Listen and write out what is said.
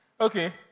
Okay